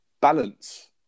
balance